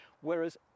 whereas